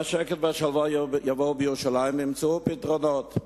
והשקט והשלווה יבואו לירושלים וימצאו פתרונות.